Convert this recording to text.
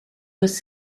was